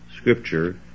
Scripture